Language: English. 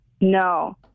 No